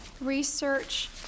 research